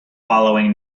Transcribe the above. following